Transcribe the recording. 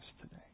today